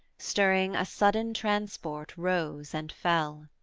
stirring a sudden transport rose and fell.